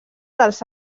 dels